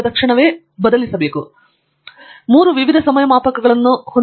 ತಂಗಿರಾಲಾ ಮತ್ತು ಮೂರೂ ಮೂವರು ವಿವಿಧ ಸಮಯ ಮಾಪಕಗಳನ್ನು ಹೊಂದಿದ್ದಾರೆ